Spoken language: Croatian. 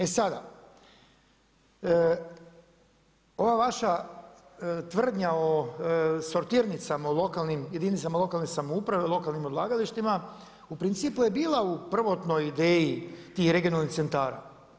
E sada, ova vaša tvrdnja o sotirnicama o jedinicama lokalne samouprave, lokalnim odlagalištima u principu je bila u prvotnoj ideji tih regionalnih centara.